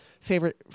favorite